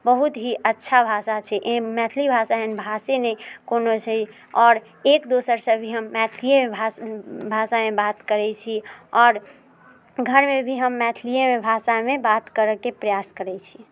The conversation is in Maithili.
बहुत ही अच्छा भाषा छै एहन मैथिली एहन भाषे नहि कोनो छै आओर एक दोसरसँ भी हम मैथिलिए भाषा भाषामे बात करैत छी आओर घरमे भी हम मैथिलिएमे भाषामे बात करऽके प्रयास करैत छी